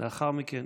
לאחר מכן,